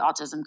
autism